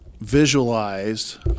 visualized